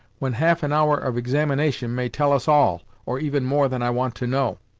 when half an hour of examination may tell us all, or even more than i want to know.